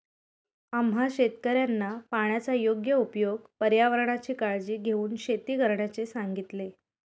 आम्हा शेतकऱ्यांना पाण्याचा योग्य उपयोग, पर्यावरणाची काळजी घेऊन शेती करण्याचे सांगितले